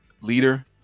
leader